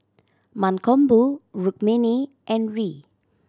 Mankombu Rukmini and Hri